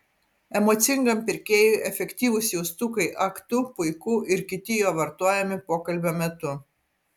emocingam pirkėjui efektyvūs jaustukai ak tu puiku ir kiti jo vartojami pokalbio metu